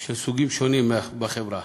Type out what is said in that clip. של סוגים שונים בחברה.